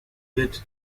wird